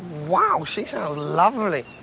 wow, she sounds lovely.